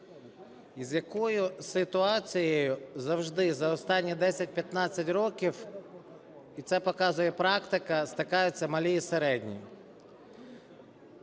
З якою ситуацією завжди за останні 10-15 років, і це показує практика, стикаються малі і середні?